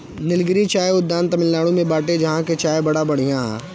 निलगिरी चाय उद्यान तमिनाडु में बाटे जहां के चाय बड़ा बढ़िया हअ